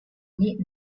need